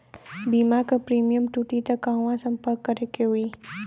बीमा क प्रीमियम टूटी त कहवा सम्पर्क करें के होई?